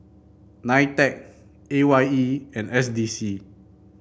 Nitec A Y E and S D C